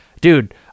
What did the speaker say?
dude